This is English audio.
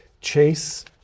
Chase